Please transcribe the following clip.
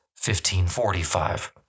1545